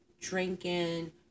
drinking